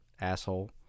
asshole